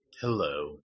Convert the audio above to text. Hello